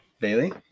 Bailey